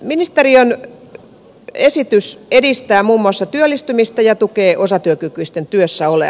ministeriön esitys edistää muun muassa työllistymistä ja tukee osatyökykyisten työssäoloa